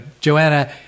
Joanna